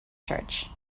church